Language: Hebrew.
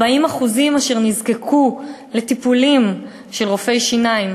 40% אשר נזקקו לטיפולים של רופאי שיניים,